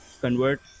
convert